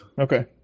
Okay